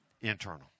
Internal